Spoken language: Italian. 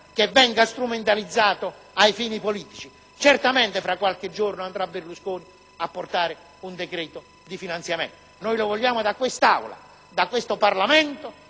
venga strumentalizzato a fini politici. Certamente tra qualche giorno il presidente Berlusconi andrà a portare un decreto di finanziamento. Noi lo vogliamo da quest'Aula, da questo Parlamento,